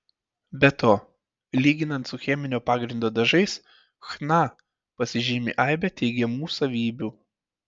be to lyginant su cheminio pagrindo dažais chna pasižymi aibe teigiamų savybių